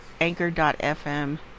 anchor.fm